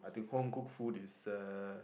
I think homecooked food is a